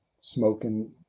smoking